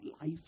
life